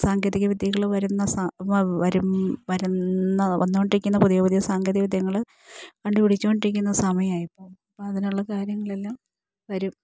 സാങ്കേതിക വിദ്യകള് വരുന്ന വന്നുകൊണ്ടിരിക്കുന്ന പുതിയ പുതിയ സാങ്കേതിക വിദ്യകള് കണ്ടുപിടിച്ചുകൊണ്ടിരിക്കുന്ന സമയമാണിപ്പോള് അപ്പോഴതിനുള്ള കാര്യങ്ങളെല്ലാം വരും